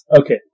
Okay